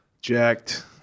Jacked